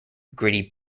gritty